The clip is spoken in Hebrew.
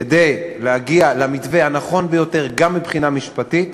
כדי להגיע למתווה הנכון ביותר גם מבחינה משפטית.